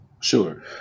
Sure